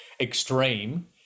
extreme